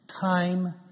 time